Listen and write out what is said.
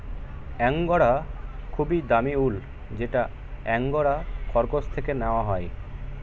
angora খুবই দামি উল যেটা অ্যাঙ্গোরা খরগোশ থেকে নেওয়া হয়